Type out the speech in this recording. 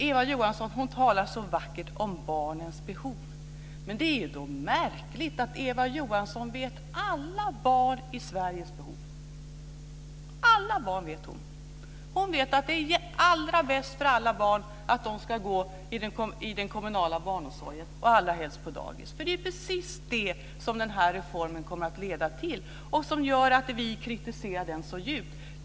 Eva Johansson talar så vackert om barnens behov. Det är märkligt att Eva Johansson vet vilka behov alla barn i Sverige har. Alla barns behov känner hon till. Hon vet att det är allra bäst för alla barn att gå i den kommunala barnomsorgen, allra helst på dagis. Det är precis det som den här reformen kommer att leda till och som gör att vi kritiserar den så djupt.